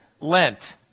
Lent